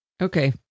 Okay